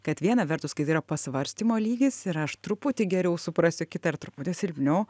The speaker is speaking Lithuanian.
kad viena vertus kai tai yra pasvarstymo lygis ir aš truputį geriau suprasiu kitą ar truputį silpniau